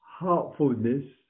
heartfulness